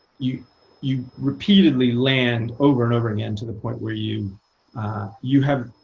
you you repeatedly land over and over again, to the point where you you have